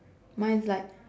mine is like